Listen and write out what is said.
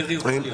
דרעי יוכל להיות.